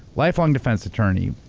lifelong defense attorney,